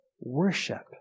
worship